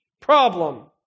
problem